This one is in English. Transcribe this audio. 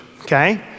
okay